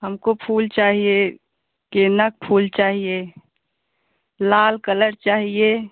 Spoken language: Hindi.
हमको फूल चाहिए गेंदा का फूल चाहिए लाल कलर चाहिए